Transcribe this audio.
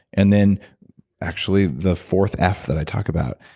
and then actually the fourth f that i talk about.